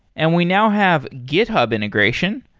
and we now have github integration,